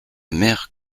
mère